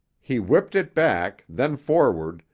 he whipped it back, then forward,